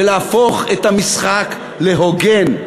ולהפוך את המשחק להוגן.